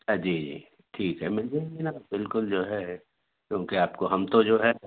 جی جی ٹھیک ہے میرے کو ہے نا بالکل جو ہے کیونکہ آپ کو ہم تو جو ہے